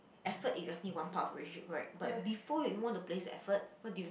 effort is definitely one part of the relationship correct but before you even want to place the effort what do you need